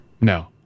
No